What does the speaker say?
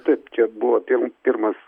taip čia buvo pim pirmas